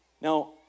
Now